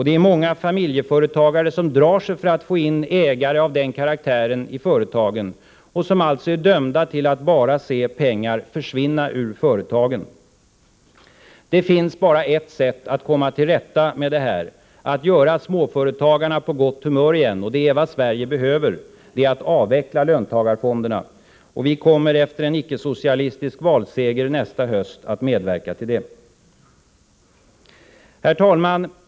Det är många familjeföretagare som drar sig för att få in ägare av den karaktären i företagen och som alltså är dömda till att bara se pengar försvinna ur företagen. Det finns bara ett sätt att komma till rätta med det här — att göra småföretagarna på gott humör igen, och det är vad Sverige behöver. Det sker genom att löntagarfonderna avvecklas, och vi kommer efter en ickesocialistisk valseger nästa höst att medverka till det. Herr talman!